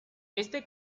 este